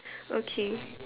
okay